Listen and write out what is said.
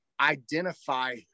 identify